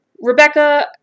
Rebecca